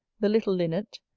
the little linnet,